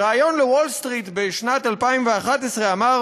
בריאיון ל"וול סטריט" בשנת 2011 אמר